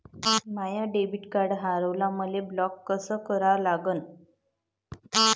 माय debit card हारवलं, मले ते ब्लॉक कस करा लागन?